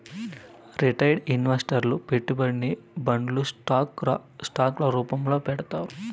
retail ఇన్వెస్టర్లు పెట్టుబడిని బాండ్లు స్టాక్ ల రూపాల్లో పెడతారు